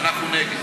אנחנו נגד.